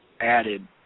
added